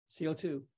CO2